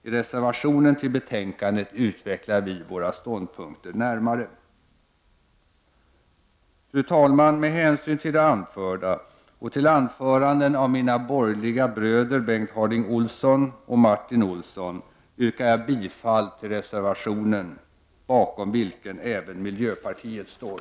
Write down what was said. I reservationen till betänkandet utvecklar vi våra ståndpunkter närmare. Fru talman! Med hänsyn till det anförda och till anföranden av mina borgerliga bröder Bengt Harding Olson och Martin Olsson yrkar jag bifall till reservationen, bakom vilken även miljöpartiet står.